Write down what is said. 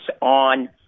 on